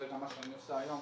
זה גם מה שאני עושה היום.